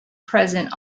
present